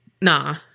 nah